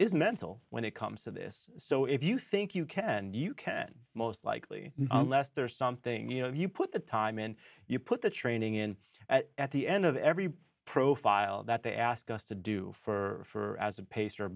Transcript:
is mental when it comes to this so if you think you can you can most likely less there's something you know if you put the time in you put the training in at the end of every profile that they ask us to do for as a pa